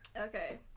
Okay